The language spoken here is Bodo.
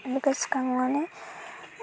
बेखौ सुखांनानै